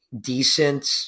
decent